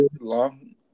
Long